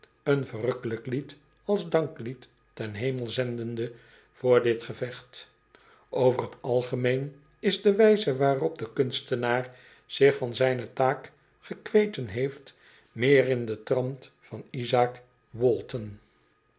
een verrukkelijk lied als danklied ten hemel zendende voor dit gevecht over t algemeen is de wijze waarop de kunstenaar zich van zijne taak gekweten heeft meer in den trant van isaac walton